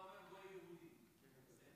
כשאתה אומר "לא יהודים", את מי זה כולל?